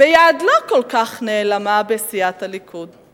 ביד לא כל כך נעלמה, וסיעת הליכוד.